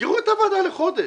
תסגרו את הוועדה לחודש,